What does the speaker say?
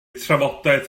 trafodaeth